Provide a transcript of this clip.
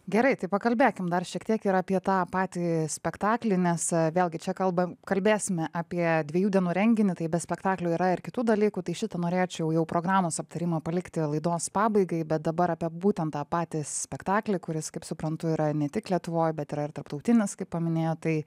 gerai tai pakalbėkim dar šiek tiek ir apie tą patį spektaklį nes vėlgi čia kalba kalbėsime apie dviejų dienų renginį tai be spektaklio yra ir kitų dalykų tai šitą norėčiau jau programos aptarimą palikti laidos pabaigai bet dabar apie būtent tą patį spektaklį kuris kaip suprantu yra ne tik lietuvoj bet yra ir tarptautinis kaip paminėjot tai